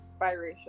biracial